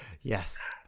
Yes